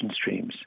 streams